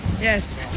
Yes